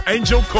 Angel